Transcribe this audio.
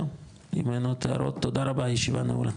זהו, אם אין עוד הערות, תודה רבה, הישיבה נעולה.